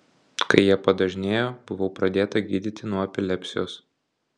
kai jie padažnėjo buvau pradėta gydyti nuo epilepsijos